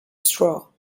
straw